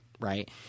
Right